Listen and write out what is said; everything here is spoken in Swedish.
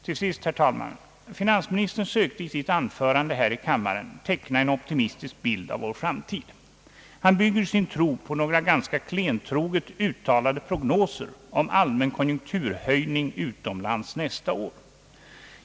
Till sist, herr talman — finansministern sökte i sitt anförande här i kammaren teckna en optimistisk bild av vår framtid. Han bygger sin tro på några ganska klentroget uttalade prognoser om allmän konjunkturhöjning utomlands nästa år.